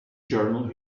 journal